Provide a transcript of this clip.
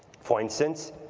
for instance,